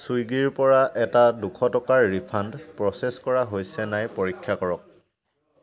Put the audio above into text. চুইগিৰ পৰা এটা দুশ টকাৰ ৰিফাণ্ড প্ৰ'চেছ কৰা হৈছে নাই পৰীক্ষা কৰক